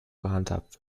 gehandhabt